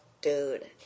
dude